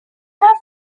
have